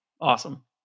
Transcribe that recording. Awesome